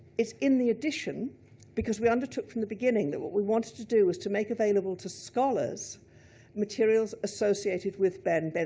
it's in the edition because we undertook from the beginning that what we wanted to do was to make available to scholars materials associated with behn,